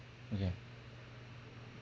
okay